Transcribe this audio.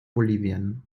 bolivien